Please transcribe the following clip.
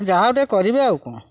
ଯାହା ଟିକେ କରିବେ ଆଉ କ'ଣ